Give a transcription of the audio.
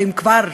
ואם כבר,